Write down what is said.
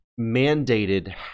mandated